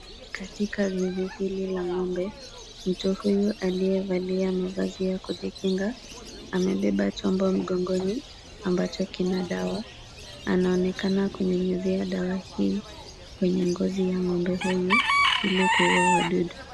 Katika zizi hili la ng'ombe, mtu huyu aliyevalia mavazi ya kujikinga, amebeba chombo mgongoni ambacho kina dawa. Anaonekana kunyunyuzia dawa hii kwenye ngozi ya ng'ombe huyu ili kuua wadudu.